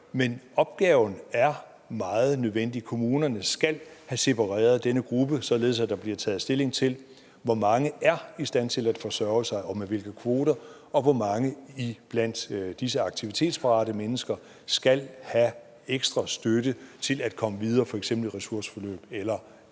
Men opgaven er meget nødvendig. Kommunerne skal have separeret denne gruppe, således at der bliver taget stilling til, hvor mange der er i stand til at forsørge sig selv og med hvilke kvoter, og hvor mange der blandt disse aktivitetsparate mennesker skal have ekstra støtte til at komme videre, f.eks. i et ressourceforløb eller i